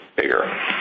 bigger